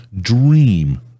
dream